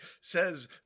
says